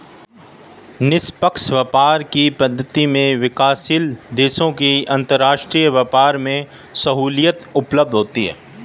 निष्पक्ष व्यापार की पद्धति से विकासशील देशों को अंतरराष्ट्रीय व्यापार में सहूलियत उपलब्ध होती है